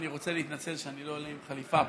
אני רוצה להתנצל שאני לא עולה עם חליפה.